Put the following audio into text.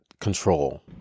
control